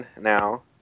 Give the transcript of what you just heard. now